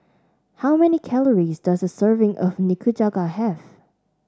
how many calories does a serving of Nikujaga have